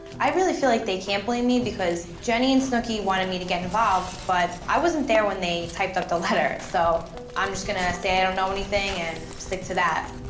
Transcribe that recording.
i really feel like they can't blame me because jenni and snooki wanted me to get involved but i wasn't there when they typed up the letter so i'm just gonna say i don't know anything and stick to that.